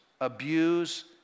abuse